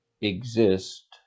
exist